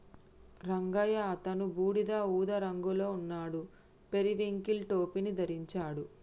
రంగయ్య అతను బూడిద ఊదా రంగులో ఉన్నాడు, పెరివింకిల్ టోపీని ధరించాడు